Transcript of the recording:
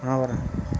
ହଁ